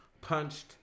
punched